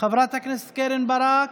חברת הכנסת קרן ברק,